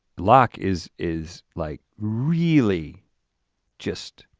locke is is like really just